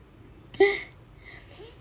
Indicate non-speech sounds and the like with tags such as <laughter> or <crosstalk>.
<laughs>